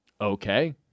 Okay